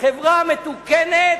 בחברה מתוקנת,